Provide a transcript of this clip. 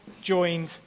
joined